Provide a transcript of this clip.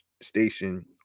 station